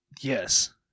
yes